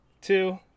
two